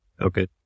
Okay